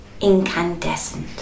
incandescent